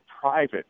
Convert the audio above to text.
private